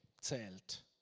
zählt